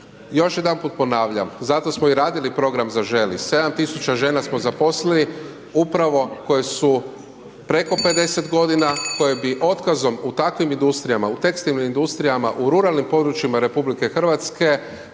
Još jedanput ponavljam, zato smo i radili program ZAŽELI, 7000 žena smo zaposlili upravo koje su preko 50 godina, koje bi otkazom u takvim industrijama, u tekstilnoj industrijama, u ruralnim područjima Republike Hrvatske,